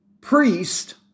priest